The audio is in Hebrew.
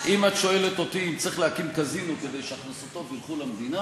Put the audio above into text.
אם את שואלת אותי אם צריך להקים קזינו כדי שהכנסותיו ילכו למדינה,